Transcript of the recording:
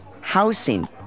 housing